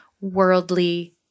worldly